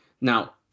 Now